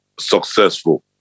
successful